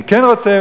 אני כן רוצה,